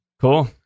Cool